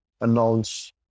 announce